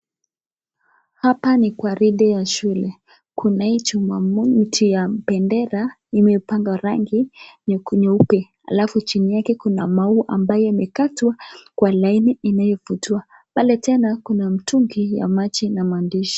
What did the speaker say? Hapa ni kwaridi ya shule kuna hii chuma hii mti ya bendera imepakwa rangi nyeupe nyeupe, juu yake kuna maua ambaye imekatwa kwa laini iliyofutia, pale tena kuna mitungi ya maji na mandishi.